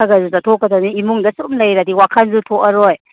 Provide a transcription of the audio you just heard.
ꯈꯔ ꯈꯔꯁꯨ ꯆꯠꯊꯣꯛꯀꯗꯝꯅꯤ ꯏꯃꯨꯡꯗ ꯁꯨꯝ ꯂꯩꯔꯗꯤ ꯋꯥꯈꯜꯁꯨ ꯊꯣꯛꯑꯔꯣꯏ